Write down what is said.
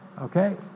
okay